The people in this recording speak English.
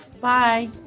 Bye